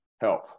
help